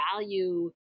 value